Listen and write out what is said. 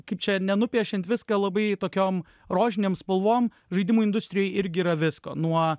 kaip čia nenupiešiant viską labai tokiom rožinėm spalvom žaidimų industrijoj irgi yra visko nuo